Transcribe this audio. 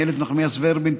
איילת נחמיאס ורבין,